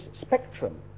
spectrum